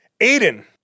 Aiden